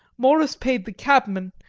morris paid the cabman,